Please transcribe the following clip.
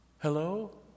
Hello